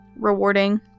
rewarding